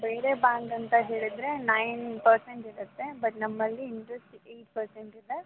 ಬೇರೆ ಬ್ಯಾಂಕ್ ಅಂತ ಹೇಳಿದರೆ ನೈನ್ ಪರ್ಸೆಂಟ್ ಇರುತ್ತೆ ಬಟ್ ನಮ್ಮಲ್ಲಿ ಇಂಟ್ರೆಸ್ಟ್ ಎಯ್ಟ್ ಪರ್ಸೆಂಟ್ ಇದೆ